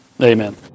Amen